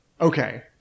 Okay